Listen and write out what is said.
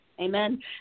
Amen